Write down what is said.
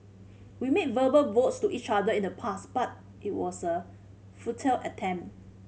we made verbal vows to each other in the past but it was a futile attempt